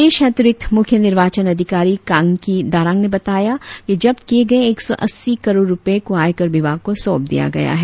प्रदेश अतिरिक्त मुख्य निर्वाचन अधिकारी कांगकी दारांग ने बताया कि जब्त किए गए एक सौ अस्सी करोड़ रुपए को आयकर विभाग को सौंप दिया गया है